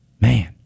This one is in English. Man